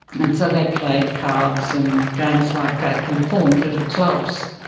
and so they played cards and games like that and formed little clubs,